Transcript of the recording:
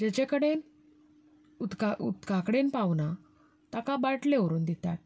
जाचे कडेन उदका उदका कडेन पावना ताका बाटल्यो व्हरून दितात